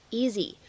easy